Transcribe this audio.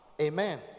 Amen